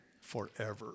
forever